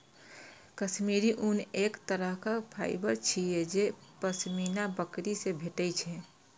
काश्मीरी ऊन एक तरहक फाइबर छियै जे पश्मीना बकरी सं भेटै छै